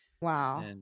Wow